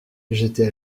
j’étais